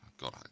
God